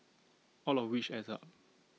all of which adds up